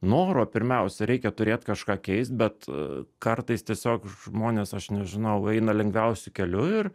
noro pirmiausia reikia turėt kažką keist bet kartais tiesiog žmonės aš nežinau eina lengviausiu keliu ir